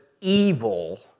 evil